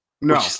No